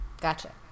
Gotcha